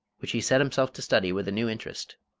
which he set himself to study with a new interest.